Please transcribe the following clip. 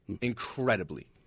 incredibly